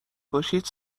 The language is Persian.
باشید